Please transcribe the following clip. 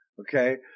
okay